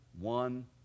one